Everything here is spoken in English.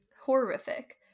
horrific